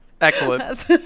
Excellent